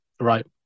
right